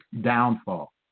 downfall